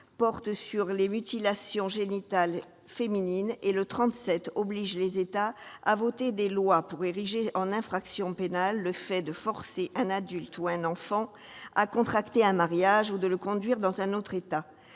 porte sur les mutilations génitales féminines et l'article 37 oblige les États à voter des lois pour ériger en infraction pénale le fait de forcer un adulte ou un enfant à contracter un mariage ou de le conduire dans un autre État